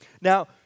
Now